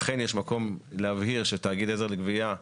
אכן יש מקום להבהיר שתאגיד עזר לגבייה,